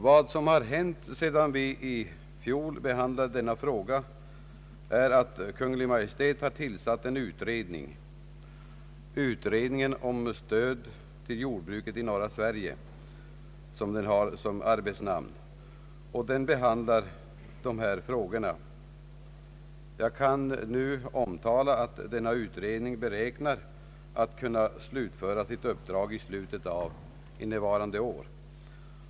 Vad som har hänt sedan vi i fjol behandlade denna fråga är att Kungl. Maj:t har tillsatt en utredning, utredningen om stöd till jordbruket i norra Sverige, som den har till arbetsnamn. Den utredningen behandlar dessa frågor. Jag kan nu omtala att den beräknas kunna slutföra sitt uppdrag i slutet av innevarande år.